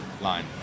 line